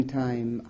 time